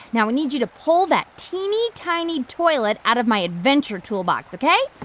now i need you to pull that teeny, tiny toilet out of my adventure toolbox, ok?